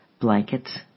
Blankets